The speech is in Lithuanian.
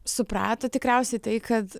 suprato tikriausiai tai kad